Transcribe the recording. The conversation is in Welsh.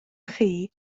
chi